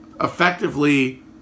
effectively